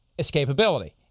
escapability